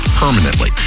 permanently